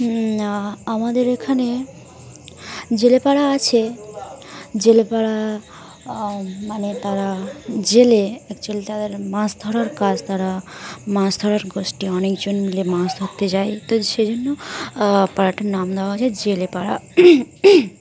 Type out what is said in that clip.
আমাদের এখানে জেলেপাড়া আছে জেলেপাড়া মানে তারা জেলে অ্যাকচুয়ালি তাদের মাছ ধরার কাজ তারা মাছ ধরার গোষ্ঠী অনেকজন মিলে মাছ ধরতে যায় তো সেই জন্য পাড়াটার নাম দেওয়া হয়েছে জেলেপাড়া